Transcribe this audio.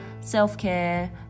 self-care